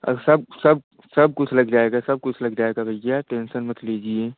सब सब सब कुछ लग जाएगा सब कुछ लग जाएगा भैया टेंशन मत लीजिए